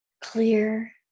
clear